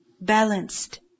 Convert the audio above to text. Balanced